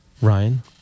Ryan